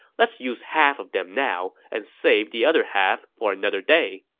let's use half of them now, and save the other half for another day.